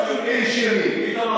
אומר לו: תגנה,